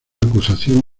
acusación